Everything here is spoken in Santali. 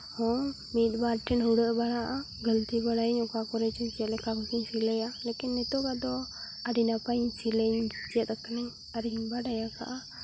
ᱦᱚᱸ ᱢᱤᱫ ᱵᱟᱨ ᱫᱤᱱ ᱦᱩᱲᱟᱹᱜ ᱵᱟᱲᱟᱜᱼᱟ ᱜᱟᱹᱞᱛᱤ ᱵᱟᱲᱟᱭᱟᱹᱧ ᱚᱠᱟ ᱠᱚᱨᱮ ᱪᱚᱧ ᱪᱮᱫ ᱞᱮᱠᱟᱧ ᱥᱤᱞᱟᱹᱭᱟ ᱞᱮᱠᱤᱱ ᱱᱤᱛᱚᱜᱼᱟ ᱫᱚ ᱟᱹᱰᱤ ᱱᱟᱯᱟᱭ ᱥᱤᱞᱟᱹᱭᱟᱤᱧ ᱪᱮᱫ ᱟᱠᱟᱱᱟᱹᱧ ᱟᱨ ᱤᱧ ᱵᱟᱰᱟᱭ ᱟᱠᱟᱜᱼᱟ